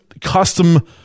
custom